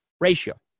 ratio